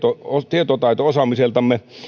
tietotaito osaamisemme